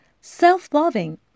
Self-loving